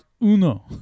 uno